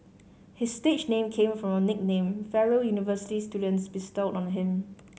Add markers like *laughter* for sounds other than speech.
his stage name came from a nickname fellow university students bestowed on *unintelligible* him